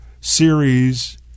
series